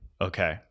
Okay